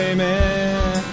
Amen